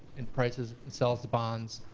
and prices and sells the bonds.